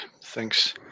Thanks